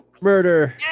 Murder